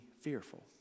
fearful